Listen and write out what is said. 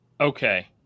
Okay